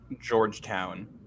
Georgetown